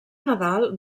nadal